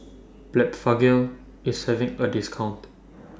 Blephagel IS having A discount